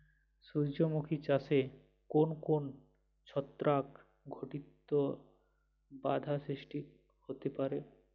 সূর্যমুখী চাষে কোন কোন ছত্রাক ঘটিত বাধা সৃষ্টি হতে পারে?